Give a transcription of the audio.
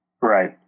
Right